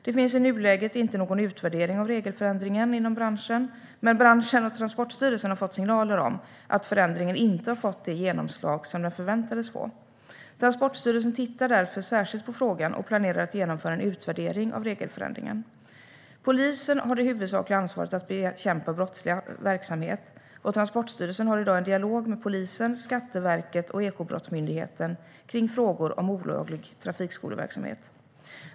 Det finns i nuläget inte någon utvärdering av regelförändringen inom branschen, men branschen och Transportstyrelsen har fått signaler om att förändringen inte har fått det genomslag som den förväntades få. Transportstyrelsen tittar därför särskilt på frågan och planerar att genomföra en utvärdering av regelförändringen. Polisen har det huvudsakliga ansvaret att bekämpa brottslig verksamhet, och Transportstyrelsen har i dag en dialog med polisen, Skatteverket och Ekobrottsmyndigheten kring frågor om olaglig trafikskoleverksamhet.